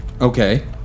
Okay